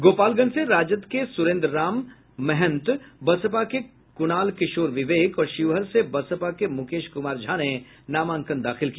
गोपालगंज से राजद के सुरेन्द्र राम महंत बसपा के कुणाल किशोर विवेक और शिवहर से बसपा के मुकेश कुमार झा ने नामांकन दाखिल किया